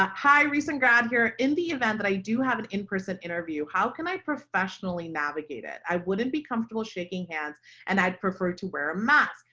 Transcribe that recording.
ah high recent grad here in the event that i do have an in person interview. how can i professionally navigate it. i wouldn't be comfortable shaking hands and i'd prefer to wear a mask.